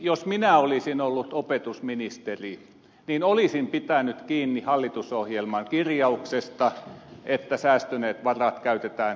jos minä olisin ollut opetusministeri niin olisin pitänyt kiinni hallitusohjelman kirjauksesta että säästyneet varat käytetään perusopetukseen